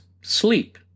sleep